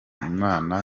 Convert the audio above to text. imana